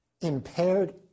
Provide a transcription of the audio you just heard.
impaired